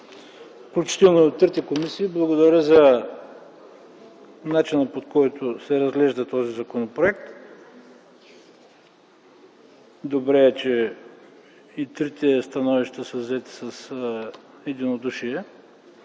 и на трите комисии за начина, по който се разглежда този законопроект. Добре е, че и трите становища са взети с единодушие.